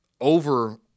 over